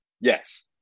Yes